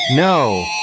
No